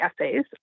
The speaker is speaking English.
essays